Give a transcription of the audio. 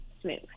smooth